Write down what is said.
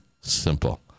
simple